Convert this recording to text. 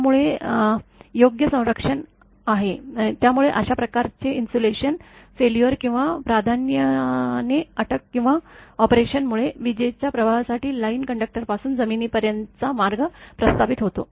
त्यामुळे योग्य संरक्षण आहे त्यामुळे अशा प्रकारचे इन्सुलेशन फेल्युअर किंवा प्राधान्याने अटक किंवा ऑपरेशन मुळे विजेच्या प्रवाहासाठी लाईन कंडक्टरपासून जमिनीपर्यंतचा मार्ग प्रस्थापित होतो